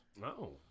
no